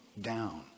down